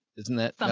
isn't that,